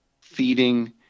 feeding